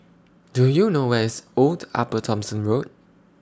Do YOU know Where IS Old Upper Thomson Road